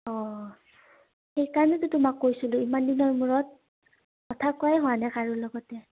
অঁ সেইকাৰণেতো তোমাক কৈছিলোঁ ইমান দিনৰ মূৰত কথা কোৱাই হোৱা নাই কাৰো লগতে